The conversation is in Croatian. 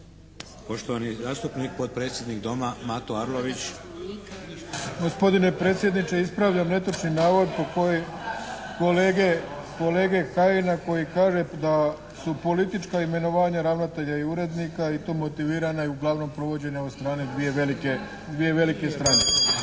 Poštovani zastupnik, potpredsjednik Doma Mato Arlović. **Arlović, Mato (SDP)** Gospodine predsjedniče ispravljam netočni navod po koji, kolege, kolege Kajina koji kaže da su politička imenovanja ravnatelja i urednika i to motivirana i uglavnom provođena od strane dvije velike stranke.